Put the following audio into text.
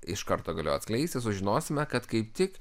iš karto galiu atskleisti sužinosime kad kaip tik